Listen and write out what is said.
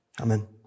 Amen